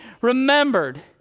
remembered